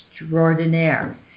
extraordinaire